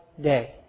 day